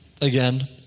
again